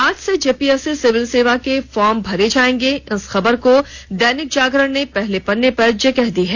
आज से JPSC civil सेवा के फॉर्म भरे जाएंगे की खबर को दैनिक जागरण ने पहले पन्ने पर जगह दी है